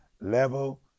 level